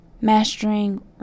Mastering